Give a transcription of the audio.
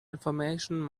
information